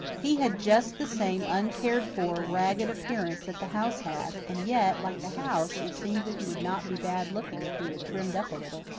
he had just the same uncared-for, ragged appearance that the house had and yet, like the house, it seemed that he would not be bad looking if he were trimmed up a little.